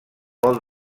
vol